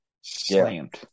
Slammed